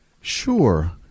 Sure